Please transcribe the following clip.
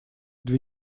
две